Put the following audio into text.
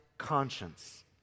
conscience